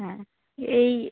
হ্যাঁ এই